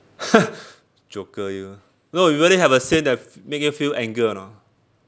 joker you no you really have a scene that f~ make you feel anger or not